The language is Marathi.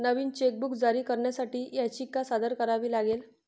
नवीन चेकबुक जारी करण्यासाठी याचिका सादर करावी लागेल